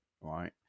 right